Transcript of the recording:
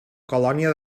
colònia